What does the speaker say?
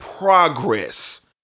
progress